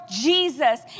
Jesus